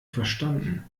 verstanden